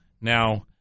Now